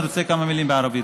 אני רוצה כמה מילים בערבית,